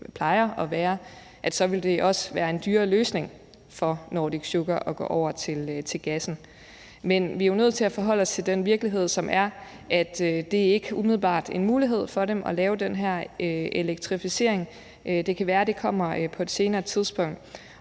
plejer at være, så også vil være en dyrere løsning for Nordic Sugar at gå over til gassen. Men vi er jo nødt til at forholde os til den virkelighed, som er, at det ikke umiddelbart er en mulighed for dem at lave den her elektrificering. Det kan være, at det kommer på et senere tidspunkt.